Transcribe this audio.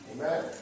Amen